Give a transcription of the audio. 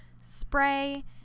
spray